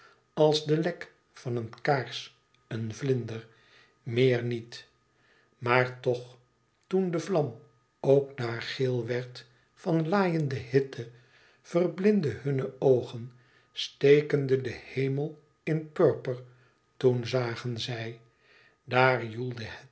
als de lek van een kaars een vlinder meer niet maar tch toen de vlam ook daar geel werd van laaiende hitte verblindende hunne oogen stekende den hemel in purper toen zagen zij daar